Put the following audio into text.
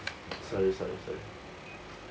sorry sorry sorry